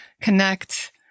connect